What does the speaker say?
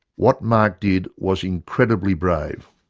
what mark did was incredibly brave.